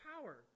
power